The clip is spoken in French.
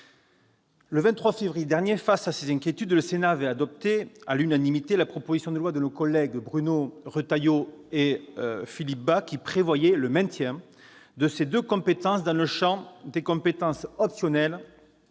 en novembre 2015. Face à ces inquiétudes, le Sénat a adopté à l'unanimité, le 23 février dernier, la proposition de loi de nos collègues Bruno Retailleau et Philippe Bas, qui prévoyait le maintien de ces deux compétences dans le champ des compétences optionnelles